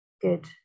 good